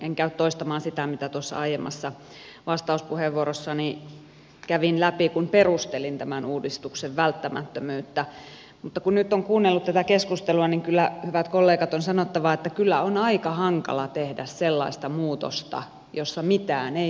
en käy toistamaan sitä mitä tuossa aiemmassa vastauspuheenvuorossani kävin läpi kun perustelin tämän uudistuksen välttämättömyyttä mutta kun nyt on kuunnellut tätä keskustelua niin kyllä hyvät kollegat on sanottava että on aika hankala tehdä sellaista muutosta jossa mitään ei muutettaisi